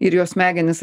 ir jo smegenys